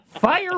Fire